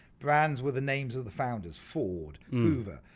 brands were the names of the founders, ford, hoover,